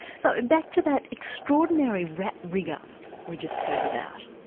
so back to that extraordinary rat rig-up we just heard about.